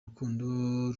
rukundo